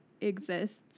exists